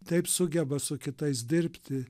taip sugeba su kitais dirbti